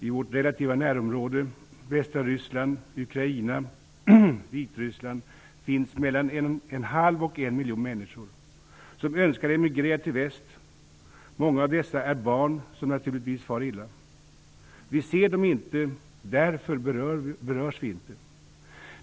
I vårt relativa närområde - västra Ryssland, Ukraina, Vitryssland - finns mellan en halv och en miljon människor som önskar emigrera till väst. Många av dessa är barn som naturligtvis far illa. Vi ser dem inte, och därför berörs vi inte.